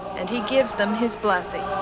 and he gives them his blessing.